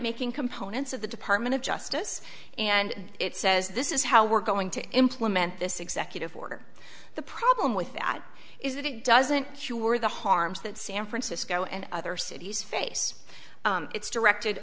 making components of the department of justice and it says this is how we're going to implement this executive order the problem with that is that it doesn't cure the harms that san francisco and other cities face it's directed